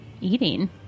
eating